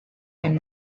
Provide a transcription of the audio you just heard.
and